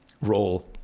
role